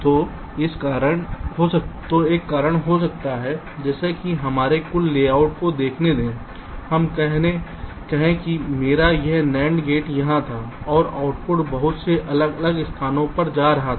तो एक और कारण हो सकता है जैसे कि हमें हमारे कुल लेआउट को देखने दें हम कहें कि मेरा यह NAND गेट यहाँ था और आउटपुट बहुत से अलग अलग स्थानों पर जा रहा था